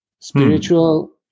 Spiritual